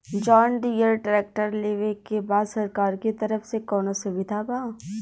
John Deere tractor लेवे के बा सरकार के तरफ से कौनो सुविधा बा?